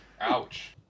Ouch